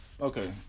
Okay